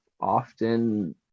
often